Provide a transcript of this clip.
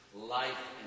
life